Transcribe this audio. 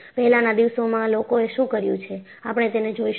પહેલાના દિવસોમાં લોકોએ શું કર્યું છે આપણે તેને જોઈશું